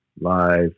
live